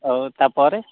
ଓଉ ତା'ପରେ